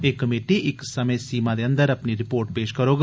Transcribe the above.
एह कमेटी इक समें सीमा दे अंदर अपनी रिपोर्ट पेश करोग